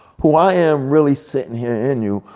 who i am, really sitting here, and you,